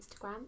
Instagram